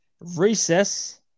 recess